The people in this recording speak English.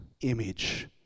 image